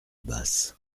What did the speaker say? basse